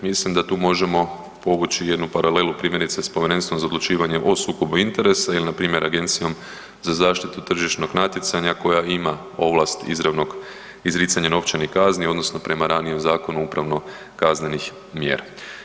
Mislim da tu možemo povući jednu paralelu primjerice s Povjerenstvom za odlučivanje o sukobu interesa ili npr. Agencijom za zaštitu tržišnog natjecanja koja ima ovlast izravnog izricanja novčanih kazni odnosno prema ranijem zakonu upravno kaznenih mjera.